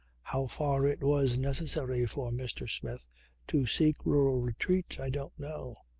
how far it was necessary for mr. smith to seek rural retreat i don't know.